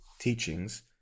teachings